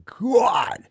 God